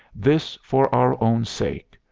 this for our own sake.